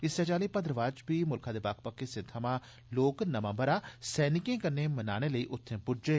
इस्सै चाल्ली भदवाह च बी मुल्खै दे बक्ख बक्ख हिस्सें थमां लोक नमां ब'रा सैनिकें कन्नै मनाने लेई उत्थे पुज्जे